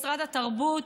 משרד התרבות,